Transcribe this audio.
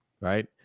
Right